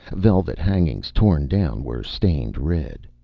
velvet hangings torn down were stained red.